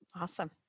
Awesome